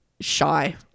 shy